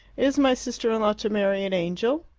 is my sister-in-law to marry an angel?